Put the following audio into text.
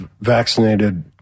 vaccinated